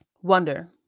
Wonder